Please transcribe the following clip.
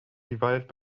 divided